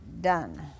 done